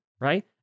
right